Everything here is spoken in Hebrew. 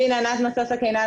נשאלנו